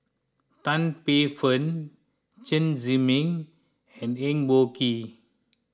Tan Paey Fern Chen Zhiming and Eng Boh Kee